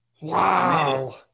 wow